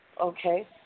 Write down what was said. Okay